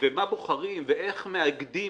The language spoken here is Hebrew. מה בוחרים ואיך מאגדים